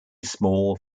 small